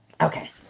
Okay